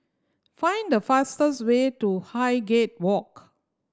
find the fastest way to Highgate Walk